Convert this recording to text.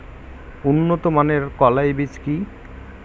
উন্নত মানের কলাই বীজ কি?